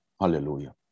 Hallelujah